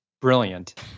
brilliant